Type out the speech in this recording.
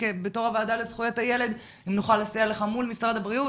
בתור הוועדה לזכויות הילד אם נוכל לסייע לך מול משרד הבריאות,